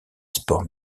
sport